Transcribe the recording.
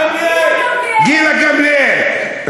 גילה גמליאל.